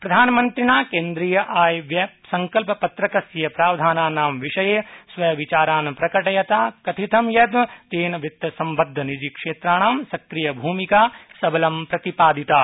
प्रधानमन्तिणा केन्द्रीयायव्यय संकल्पपत्रकस्य प्रावधानानां विषये स्वविचारान् प्रकटयता कथितं यत् तेन वित्सम्बद्ध निज क्षेत्राणां सक्रियभूमिका सबलं प्रतिपादिता